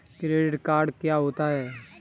Credit card क्या होता है?